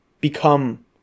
become